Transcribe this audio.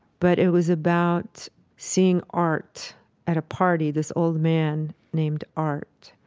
but it was about seeing art at a party, this old man named art,